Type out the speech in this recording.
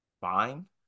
Fine